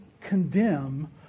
condemn